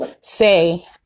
say